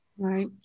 Right